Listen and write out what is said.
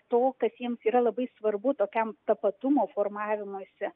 to kas jiems yra labai svarbu tokiam tapatumo formavimuisi